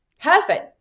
perfect